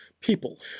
people